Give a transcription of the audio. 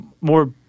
more